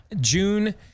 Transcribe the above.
June